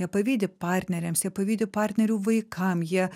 jie pavydi partneriams jie pavydi partnerių vaikam jie